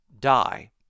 die